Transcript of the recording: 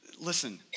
Listen